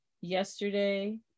yesterday